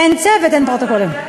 אין צוות, אין פרוטוקולים.